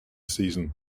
season